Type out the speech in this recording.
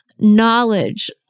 knowledge